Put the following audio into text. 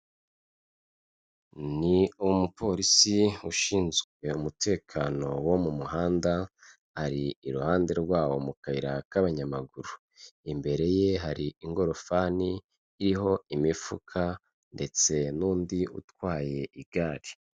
Ni umupolisi ushinzwe umutekano wo mu muhanda ari iruhande rwawo mu kayira k'abanyamaguru, imbere ye hari ingorofani iriho imifuka ndetse n'undi utwaye igare.